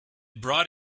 brought